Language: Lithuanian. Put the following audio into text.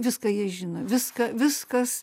viską jie žino viską viskas